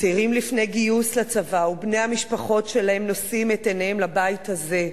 צעירים לפני גיוס לצבא ובני המשפחות שלהם נושאים את עיניהם לבית הזה,